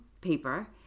paper